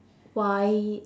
why